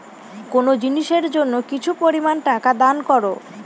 কোনো জিনিসের জন্য কিছু পরিমান টাকা দান করো